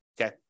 Okay